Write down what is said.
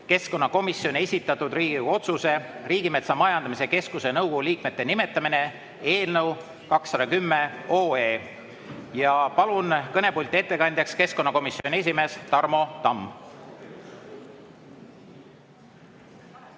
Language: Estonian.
keskkonnakomisjoni esitatud Riigikogu otsuse "Riigimetsa Majandamise Keskuse nõukogu liikmete nimetamine" eelnõu 210. Palun kõnepulti ettekandjaks keskkonnakomisjoni esimehe Tarmo Tamme.